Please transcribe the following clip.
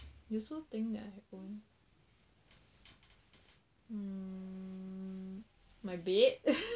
useful thing that I own mmhmm my bed